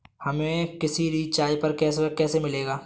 हमें किसी रिचार्ज पर कैशबैक कैसे मिलेगा?